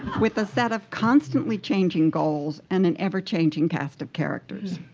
with a set of constantly changing goals and an ever-changing cast of characters.